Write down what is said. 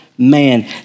Man